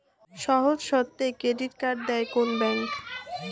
সহজ শর্তে credit card দেয় কোন ব্যাংক?